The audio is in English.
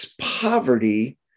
poverty